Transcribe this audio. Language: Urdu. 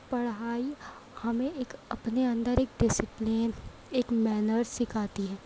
پڑھائی ہمیں ایک اپنے اندر ایک ڈسپلین ایک مینرس سکھاتی ہے